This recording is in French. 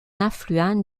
affluent